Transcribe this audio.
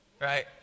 Right